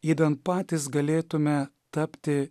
idant patys galėtume tapti